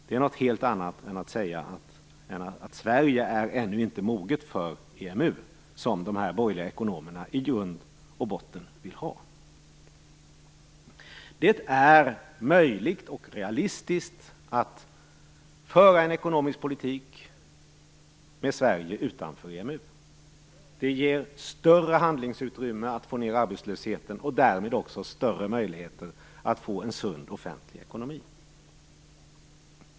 Det är något helt annat än att säga att Sverige ännu inte är moget för EMU, som de borgerliga ekonomerna i grund och botten vill ha. Det är möjligt och realistiskt att föra en ekonomisk politik med Sverige utanför EMU. Det ger större handlingsutrymme att få ned arbetslösheten och därmed också större möjligheter att få en sund offentlig ekonomi.